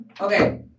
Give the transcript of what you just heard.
Okay